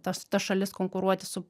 tas ta šalis konkuruoti su